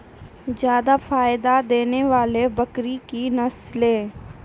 जादा फायदा देने वाले बकरी की नसले?